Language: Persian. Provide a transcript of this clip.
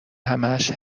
همهاش